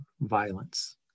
violence